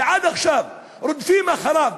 שעד עכשיו רודפים אחריו,